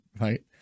right